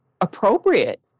appropriate